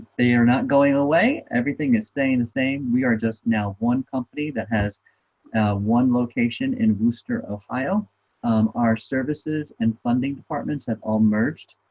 they are not going away. everything is staying the same. we are just now one company that has one location in wooster, ohio um our services and funding departments have all merged.